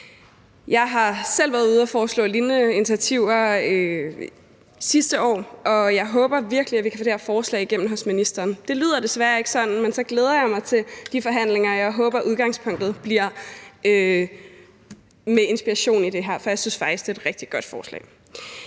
Jeg har selv været ude at foreslå lignende initiativer sidste år, og jeg håber virkelig, at vi kan få det her forslag igennem hos ministeren. Det lyder desværre ikke sådan, men så glæder jeg mig til forhandlingerne, og jeg håber, at udgangspunktet bliver med inspiration i det her, for jeg synes faktisk, det er et rigtig godt forslag.